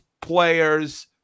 players